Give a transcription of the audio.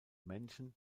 männchen